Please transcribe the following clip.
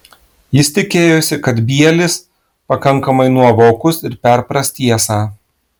jis tikėjosi kad bielis pakankamai nuovokus ir perpras tiesą